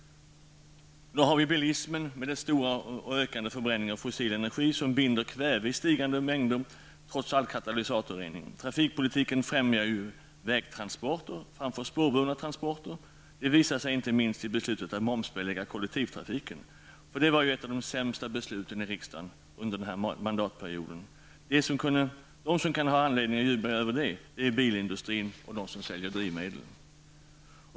Vi har även bilismen med dess stora och ökande förbränning av fossil energi, som binder kväve i stigande mängder trots all katalysatorrening. Trafikpolitiken främjar ju vägtransporter framför spårburna transporter. Det visar sig inte minst i beslutet att momsbelägga kollektivtrafiken. Det var ett av de sämsta besluten i riksdagen under denna mandatperiod. De som kan ha anledning att jubla över detta är bilindustrin och de som säljer drivmedel.